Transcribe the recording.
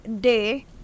day